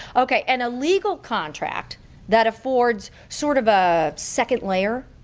okay. and a legal contract that affords sort of a second layer,